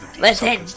listen